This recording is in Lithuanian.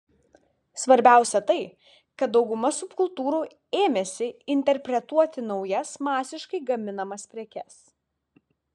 svarbiausia tai kad dauguma subkultūrų ėmėsi interpretuoti naujas masiškai gaminamas prekes